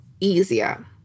easier